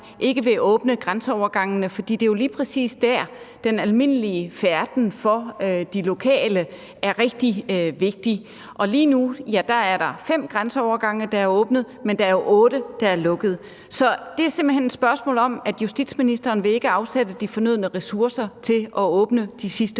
ikke vil åbne grænseovergangene? Det er jo lige præcis der, at den almindelige færden for de lokale er rigtig vigtig. Og lige nu er der fem grænseovergange, der er åbnet, men der er jo otte, der er lukkede. Det er altså simpelt hen et spørgsmål om, at justitsministeren ikke vil afsætte de fornødne ressourcer til at åbne de sidste